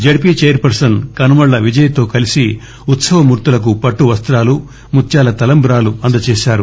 ZP chairperson Kanumalla విజయతో కలిసి ఉత్సవ మూర్తులకు పట్టు వస్తాలు ముత్యాల తలంబ్రాలు అందజేశారు